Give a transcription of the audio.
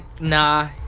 Nah